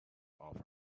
off